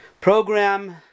program